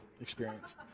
experience